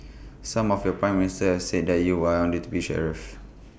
some of your Prime Ministers said that you are deputy sheriff